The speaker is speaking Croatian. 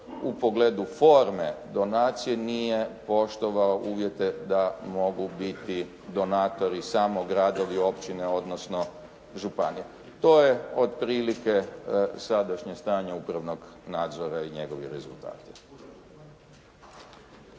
u pogledu forme donacije nije poštovao uvjete da mogu biti donatori samo gradovi, općine odnosno županije. To je otprilike sadašnje stanje upravnog nadzora i njegovi rezultati.